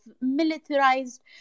militarized